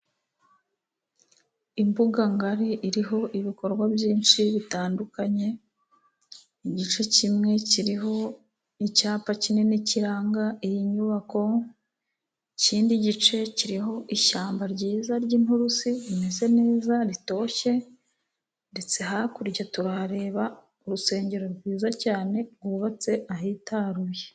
Imbuga ngari iriho ibikorwa byinshi bitandukanye, igice kimwe kiriho icapa kinini kiranga iyi nyubako, ikindi gice kiriho ishyamba ryiza ry' inturusu rimeze neza ritoshye, ndetse hakurya turahareba urusengero rwiza cyane rwubatse ahitaruye.